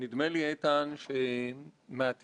אני חושב שהדוח הזה הוא הוכחה